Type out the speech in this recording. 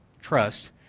Trust